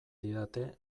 didate